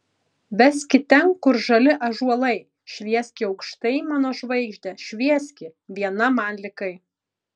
veski ten kur žali ąžuolai švieski aukštai mano žvaigžde švieski viena man likai